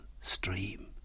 stream